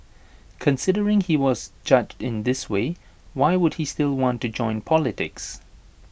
considering he was judged in this way why would he still want to join politics